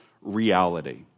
reality